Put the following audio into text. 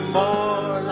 more